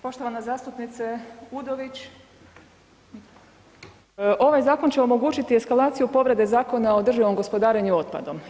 Poštovana zastupnice Udović, ovaj zakon će omogućiti eskalaciju povrede Zakona o državnom gospodarenju otpadom.